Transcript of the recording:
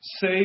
Say